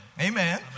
Amen